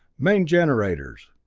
main generators!